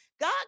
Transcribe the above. God